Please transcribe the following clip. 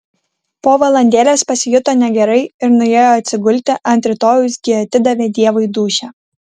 po valandėlės pasijuto negerai ir nuėjo atsigulti ant rytojaus gi atidavė dievui dūšią